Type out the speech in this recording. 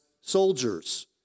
soldiers